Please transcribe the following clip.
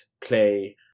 play